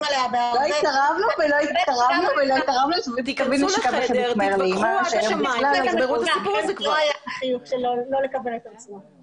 עליה --- תתווכחו עד השמיים ותגמרו את הסיפור הזה כבר.